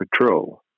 Patrol